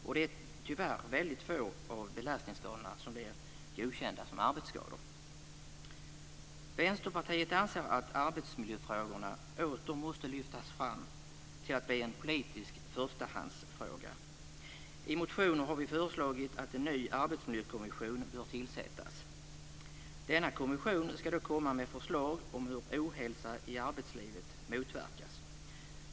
Tyvärr är det väldigt få av belastningsskadorna som blir godkända som arbetsskador. Vänsterpartiet anser att arbetsmiljön åter måste lyftas fram och bli en politisk förstahandsfråga. I motioner har vi sagt att en ny arbetsmiljökommission bör tillsättas. Denna kommission ska komma med förslag om hur ohälsa i arbetslivet motverkas.